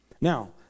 now